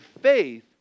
faith